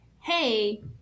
hey